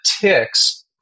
ticks